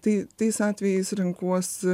tai tais atvejais renkuosi